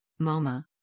MoMA